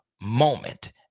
moment